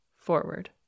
forward